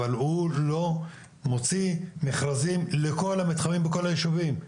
אבל הוא לא מוציא מכרזים לכל המתחמים בכל הישובים.